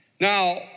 Now